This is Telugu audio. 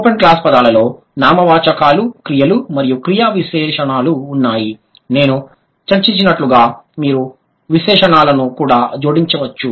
ఓపెన్ క్లాస్ పదాలలో నామవాచకాలు క్రియలు మరియు క్రియా విశేషణాలు ఉన్నాయి నేను చర్చించినట్లుగా మీరు విశేషణాలను కూడా జోడించవచ్చు